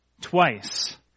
twice